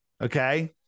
Okay